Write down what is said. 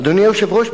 אדוני היושב ראש,